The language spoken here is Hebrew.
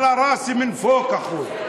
עלא ראסי מן פוק, אחוי.